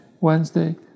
Wednesday